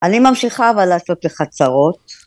אני ממשיכה אבל לעשות לך צרות